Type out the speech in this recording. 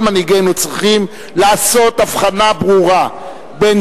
כל מנהיגינו צריכים לעשות הבחנה ברורה בין